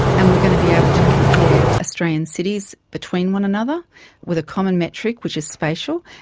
and we are going to be able to compare australian cities between one another with a common metric, which is spatial.